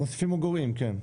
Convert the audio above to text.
מוסיפים או גורעים כן,